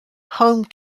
home